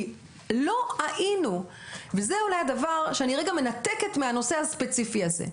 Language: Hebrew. כי לא היינו וזה הדבר שאני רגע מנתקת מהנושא הספציפי הזה,